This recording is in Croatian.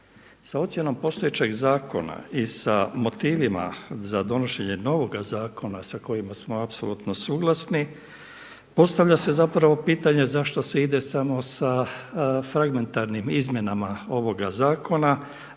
Sa ocjenom postojećeg zakona i sa motivima za donošenje novoga zakona sa kojima smo apsolutno suglasni postavlja se zapravo pitanje zašto se ide samo sa fragmentarnim izmjenama ovoga zakona,